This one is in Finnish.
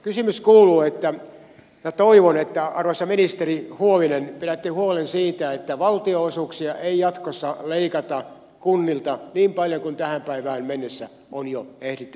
kysymys kuuluu että minä toivon arvoisa ministeri huovinen että pidätte huolen siitä että valtionosuuksia ei jatkossa leikata kunnilta niin paljon kuin tähän päivään mennessä on jo ehditty tekemään